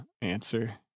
answer